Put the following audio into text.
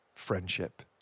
friendship